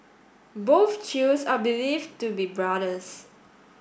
both Chews are believed to be brothers